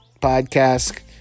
podcast